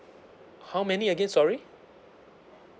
how many again sorry